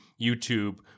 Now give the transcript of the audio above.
YouTube